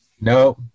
No